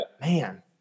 man